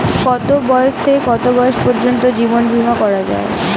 কতো বয়স থেকে কত বয়স পর্যন্ত জীবন বিমা করা যায়?